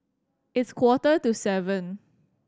its quarter to seven